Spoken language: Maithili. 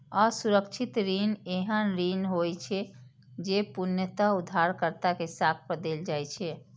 असुरक्षित ऋण एहन ऋण होइ छै, जे पूर्णतः उधारकर्ता के साख पर देल जाइ छै